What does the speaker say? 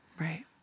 Right